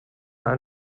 ein